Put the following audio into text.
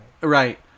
right